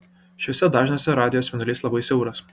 šiuose dažniuose radijo spindulys labai siauras